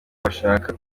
bashaka